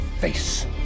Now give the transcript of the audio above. face